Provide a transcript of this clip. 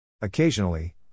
Occasionally